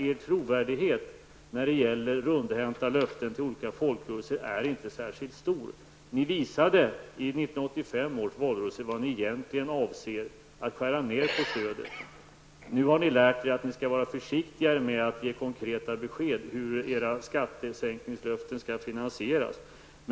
Er trovärdighet när det gäller rundhänta löften till olika folkrörelser är inte särskilt stor. Ni visade i 1985 års valrörelse vad ni egentligen avser att skära ned på stödet. Nu har ni lärt er att ni skall vara försiktigare med att ge konkreta besked om hur era skattesänkningslöften skall finansieras.